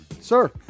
Sir